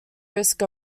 risk